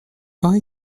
parie